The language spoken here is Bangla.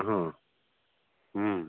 হুম হুম